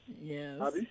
Yes